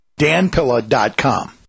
danpilla.com